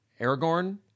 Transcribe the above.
Aragorn